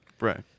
Right